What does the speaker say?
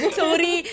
sorry